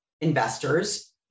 investors